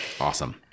Awesome